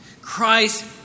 Christ